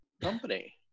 company